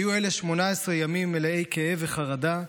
היו אלה 18 ימים מלאי כאב וחרדה,